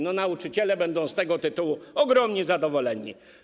No nauczyciele będą z tego tytułu ogromnie zadowoleni.